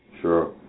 Sure